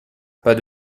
pas